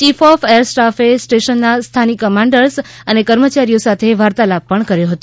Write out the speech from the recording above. chief of air સ્ટાર્ફે સ્ટેશનના સ્થાનિક કમાન્ડર્સ અને કર્મચારીઓ સાથે વાર્તાલાપ પણ કર્યો હતો